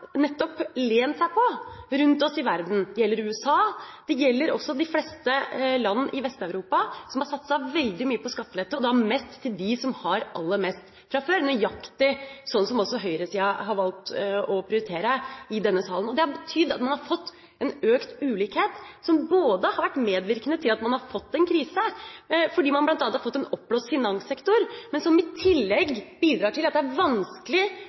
nettopp har lent seg på rundt oss i verden. Det gjelder USA, og det gjelder også de fleste land i Vest-Europa, som har satset veldig mye på skattelette og da mest til dem som har aller mest fra før – nøyaktig sånn som høyresida har valgt å prioritere i denne salen. Det har betydd at man har fått en økt ulikhet som både har vært medvirkende til at man har fått en krise, fordi man bl.a. har fått en oppblåst finanssektor, og som i tillegg bidrar til at det er vanskelig